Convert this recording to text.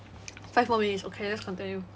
five more minutes okay let's continue